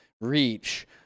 reach